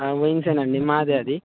వేయించానండి మాదే అది